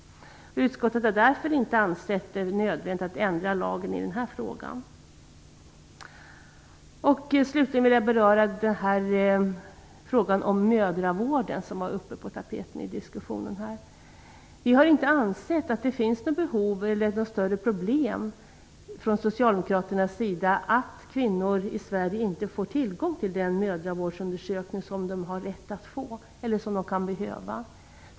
Utskottet har därför inte ansett det nödvändigt att ändra lagen i den här frågan. Slutligen vill jag beröra frågan om mödravården som var på tapeten i diskussionen. Vi socialdemokrater har inte ansett att det finns några större problem av det slaget att kvinnor i Sverige inte skulle få tillgång till den mödravård som de kan behöva.